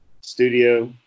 studio